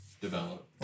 develop